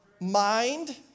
mind